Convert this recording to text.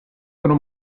sono